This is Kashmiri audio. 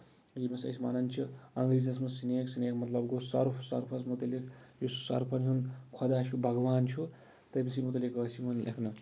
ییٚمِس أسۍ وَنان چھِ اَنگریٖزِس منز سِنیک مطلب گوٚو سَرُپھ سَرپھس مُتعِلق یُس سَرُپھ ہُنٛد خۄداہ چھُ بَغوان چھُ تٔمۍ سٕے مُتعلِق ٲسۍ یِوان لٮ۪کھنہٕ